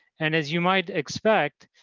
and as you might expect,